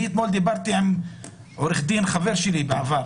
אתמול דיברתי עם עורך דין, חבר שלי בעבר,